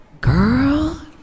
girl